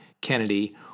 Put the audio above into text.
Kennedy